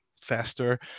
faster